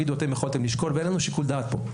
יגידו, אתם יכולתם לשקול, ואין לנו שיקול דעת פה.